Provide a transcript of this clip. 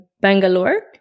Bangalore